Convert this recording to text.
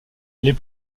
les